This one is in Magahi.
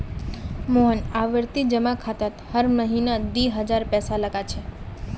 मोहन आवर्ती जमा खातात हर महीना दी हजार पैसा लगा छे